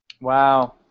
Wow